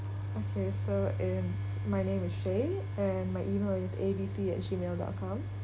okay so my name is shae and my email is abc at gmail dot com